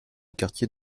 quartier